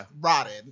rotted